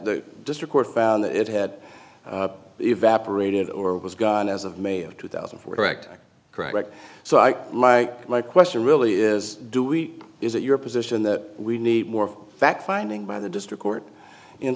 the district court found that it had evaporated or was gone as of may of two thousand and four direct correct so i my my question really is do we is it your position that we need more fact finding by the district court in